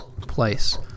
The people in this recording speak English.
place